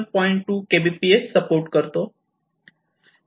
2 Kbps support करतो